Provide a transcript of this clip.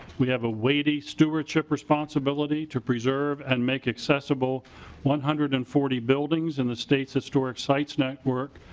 we have a weighty stewardship responsibility to preserve and make accessible one hundred and forty buildings in the states historic sites network.